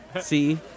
See